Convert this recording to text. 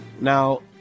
Now